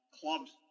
Clubs